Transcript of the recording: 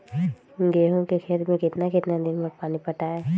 गेंहू के खेत मे कितना कितना दिन पर पानी पटाये?